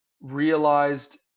realized